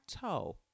toe